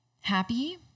happy